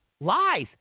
lies